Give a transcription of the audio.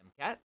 MCAT